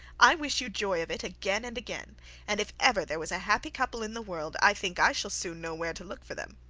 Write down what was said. i wish you joy of it again and again and if ever there was a happy couple in the world, i think i shall soon know where to look for them.